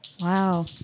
Wow